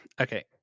okay